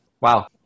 Wow